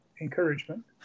encouragement